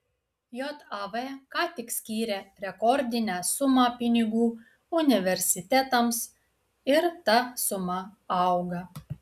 jav ką tik skyrė rekordinę sumą pinigų universitetams ir ta suma auga